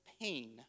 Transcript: pain